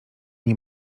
nie